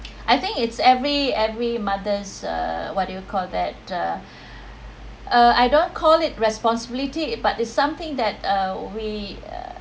I think it's every every mother's uh what do you call that uh uh I don't call it responsibility but it’s something that uh we